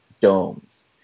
domes